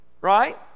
right